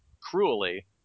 cruelly